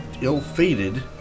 ill-fated